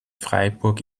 freiburg